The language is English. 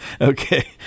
Okay